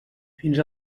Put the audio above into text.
fins